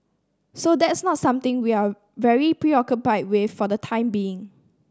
so that's not something we are very preoccupied with for the time being